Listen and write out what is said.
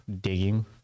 digging